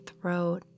throat